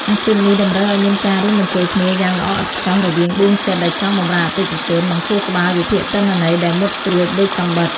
អាជីពនេះតម្រូវឱ្យមានការរួមបញ្ចូលគ្នាយ៉ាងល្អឥតខ្ចោះរវាងដួងចិត្តដែលចង់បម្រើអតិថិជន និងខួរក្បាលវិភាគទិន្នន័យដែលមុតស្រួចដូចកាំបិត។